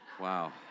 Wow